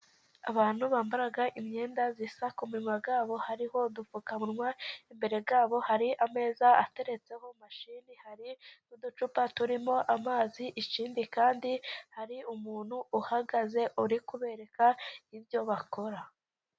Abantu bambara imyenda isa, ku minwa yabo hariho udupfukamunwa, imbere yabo hari ameza ateretseho mashini, hari n'uducupa turimo amazi, ikindi kandi hari umuntu uhagaze uri kubereka ibyo bakora.